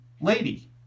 lady